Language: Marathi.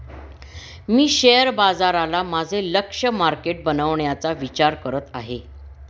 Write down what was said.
मी शेअर बाजाराला माझे लक्ष्य मार्केट बनवण्याचा विचार करत आहे